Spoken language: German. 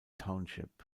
township